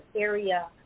area